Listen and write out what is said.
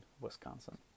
Wisconsin